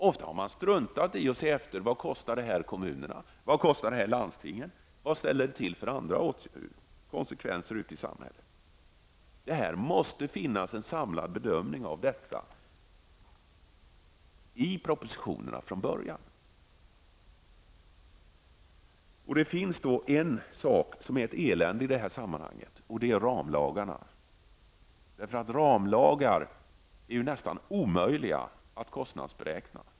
Men man har ofta struntat i att se efter vad det kostar kommunerna, landstingen och vilka andra konsekvenser det blir ute i samhället. Det måste från början ske en samlad bedömning av detta i propositionerna. Det finns en sak som är ett elände i detta sammanhang, och det är ramlagarna. Ramlagar är nästan omöjliga att kostnadsberäkna.